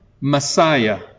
Messiah